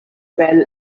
fell